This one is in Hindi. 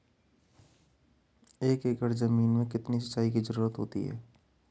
एक एकड़ ज़मीन में कितनी सिंचाई की ज़रुरत होती है?